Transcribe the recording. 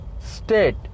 state